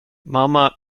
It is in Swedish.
mamma